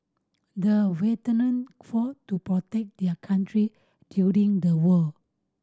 the veteran fought to protect their country during the war